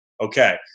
Okay